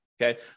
Okay